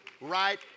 right